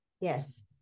yes